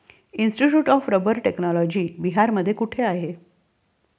Institute of rubber technology बिहारमध्ये कोठे आहे?